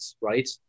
right